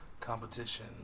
competition